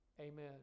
Amen